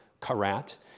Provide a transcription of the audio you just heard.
karat